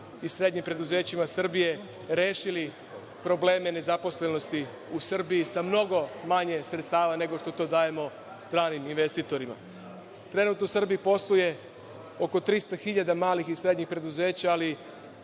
i srednjim preduzećima Srbije rešili probleme nezaposlenosti u Srbiji sa mnogo manje sredstava nego što to dajemo stranim investitorima. Trenutno u Srbiji postoji oko 300 hiljada malih i srednjim preduzeća, ali